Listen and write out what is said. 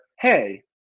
hey